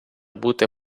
бути